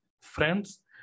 friends